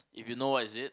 if you know what is it